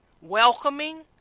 welcoming